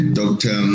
doctor